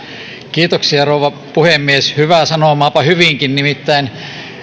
kiitoksia rouva puhemies hyvääpä sanomaa hyvinkin nimittäin